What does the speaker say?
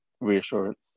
reassurance